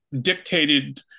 dictated